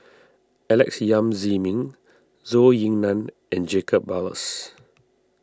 Alex Yam Ziming Zhou Ying Nan and Jacob Ballas